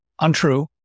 Untrue